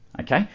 Okay